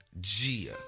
Gia